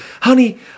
Honey